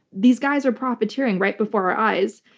these guys are profiteering right before our eyes.